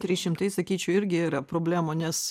trys šimtai sakyčiau irgi yra problemų nes